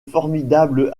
formidable